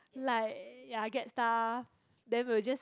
like ya get stuff then will just